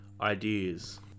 ideas